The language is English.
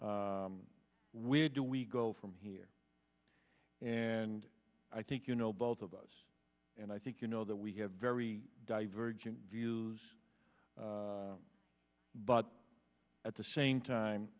member where do we go from here and i think you know both of us and i think you know that we have very divergent views but at the same time